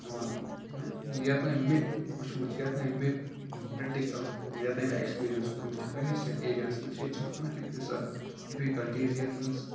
یِوان نہ یَتانۍ مےٚ وُچھمُت چھُ یَتانۍ مےٚ پرٛٮ۪کٹِکَل چھِ کوٚرمُت یوتانۍ مےٚ اٮ۪کٕسپیٖریَنٕس کوٚرمُت چھِ پنٛنِس یَتھ ایریاہَس منٛز ییٚتہِ چھِنہٕ کانٛہہ تہِ تِژھ اَتھ ڈِفِکَلٹیٖز یَتھ منٛز